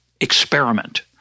experiment